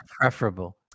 preferable